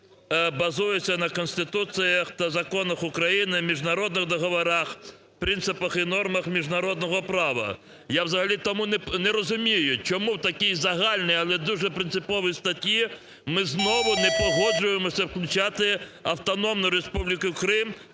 базується на Конституції та законах України, міжнародних договорах, принципах і нормах міжнародного права. Я взагалі тому не розумію, чому в такій загальній, але дуже принциповій статті ми знову не погоджуємося включати Автономну Республіку Крим